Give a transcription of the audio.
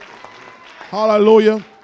Hallelujah